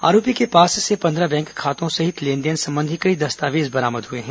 आरोपी के पास से पंद्रह बैंक खातों सहित लेनदेन संबंधी कई अन्य दस्तावेज बरामद हुए हैं